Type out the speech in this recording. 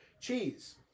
cheese